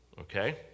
Okay